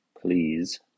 please